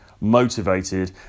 motivated